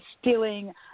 stealing